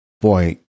boy